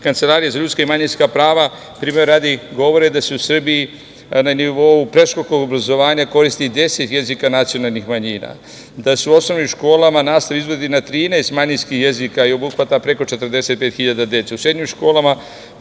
Kancelarije za ljudska i manjinska prava, primera radi, govore da se u Srbiji na nivou predškolskog obrazovanja koristi deset jezika nacionalnih manjina, da se u osnovnim školama nastava izvodi na 13 manjinskih jezika i obuhvata preko 45.000 dece,